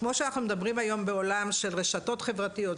כמו שאנחנו מדברים היום בעולם של רשתות חברתיות,